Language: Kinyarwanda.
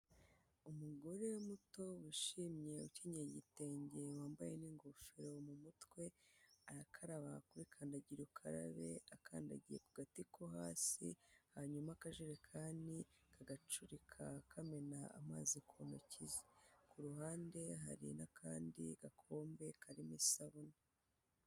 Umugore muto wishimye ukinyeye igitenge wambaye n'ingofero mu mutwe arakaraba kuri kandagira ukarabe akandagiye ku gati ko hasi hanyuma akajerekani kagacurika kamena amazi ku ntoki ze ku ruhande hari n'akandi gakombe karimo isabune.